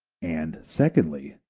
and, secondly,